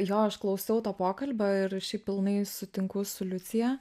jo aš klausiau to pokalbio ir šiaip pilnai sutinku su liucija